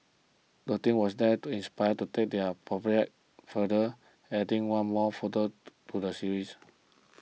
the team was then inspired to take their project further adding one more photo to the series